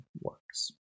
works